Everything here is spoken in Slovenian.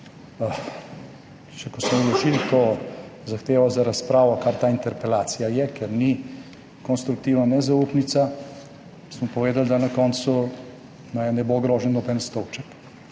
Že ko smo mi vložili to zahtevo za razpravo, kar ta interpelacija je, ker ni konstruktivna nezaupnica, smo povedali, da na koncu naj ne bo ogrožen noben stolček,